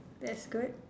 that's good